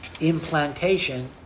implantation